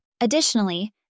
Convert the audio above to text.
Additionally